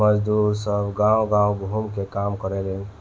मजदुर सब गांव गाव घूम के काम करेलेन